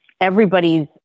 everybody's